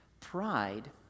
pride